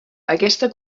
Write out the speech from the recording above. aquesta